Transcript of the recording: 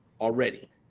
Already